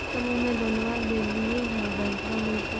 समुह मे लोनवा लेलिऐ है बैंकवा मिलतै?